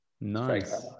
Nice